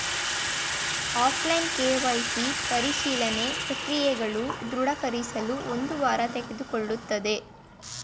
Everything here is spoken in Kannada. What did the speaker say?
ಆಫ್ಲೈನ್ ಕೆ.ವೈ.ಸಿ ಪರಿಶೀಲನೆ ಪ್ರಕ್ರಿಯೆಗಳು ದೃಢೀಕರಿಸಲು ಒಂದು ವಾರ ತೆಗೆದುಕೊಳ್ಳುತ್ತದೆ